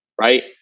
Right